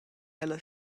ella